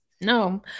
no